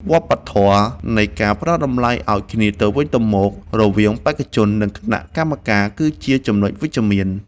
វប្បធម៌នៃការផ្ដល់តម្លៃឱ្យគ្នាទៅវិញទៅមករវាងបេក្ខជន និង គណៈកម្មការគឺជាចំណុចវិជ្ជមាន។